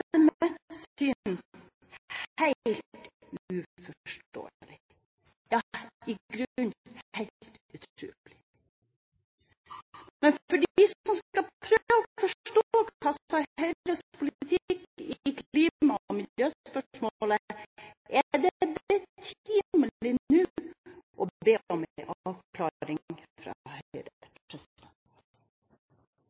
helt uforståelig – ja, i grunnen helt utrolig. Men for dem som skal prøve å forstå hva som er Høyres politikk i klima- og miljøspørsmålet, er det betimelig nå å be om en avklaring fra